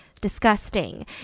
disgusting